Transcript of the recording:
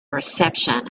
reception